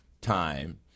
time